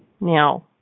Now